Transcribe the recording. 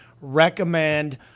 recommend